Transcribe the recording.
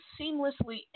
seamlessly